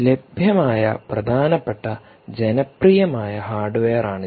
ലഭ്യമായ പ്രധാനപ്പെട്ട ജനപ്രിയമായ ഹാർഡ്വെയർ ആണ് അത്